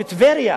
בטבריה,